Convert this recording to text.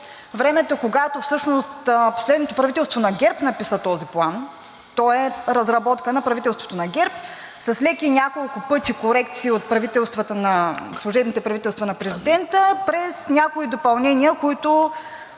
времето, когато всъщност последното правителство на ГЕРБ написа този план. Той е разработка на правителството на ГЕРБ, с леки, няколко пъти корекции на служебните правителства на президента, през някои допълнения, които